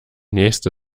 nächste